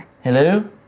Hello